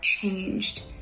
changed